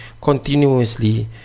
continuously